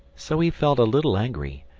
so he felt a little angry,